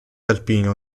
alpino